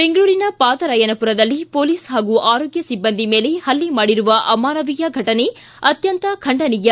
ಬೆಂಗಳೂರಿನ ಪಾದರಾಯನಪುರದಲ್ಲಿ ಪೊಲೀಸ್ ಹಾಗು ಅರೋಗ್ತ ಸಿಬ್ಬಂದಿ ಮೇಲೆ ಹಲ್ಲೆ ಮಾಡಿರುವ ಅಮಾನವೀಯ ಘಟನೆ ಅತ್ಯಂತ ಖಂಡನೀಯ